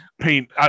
paint